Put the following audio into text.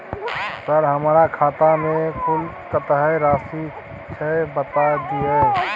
Sir हमरा खाता में कुल कत्ते राशि छै बता दिय?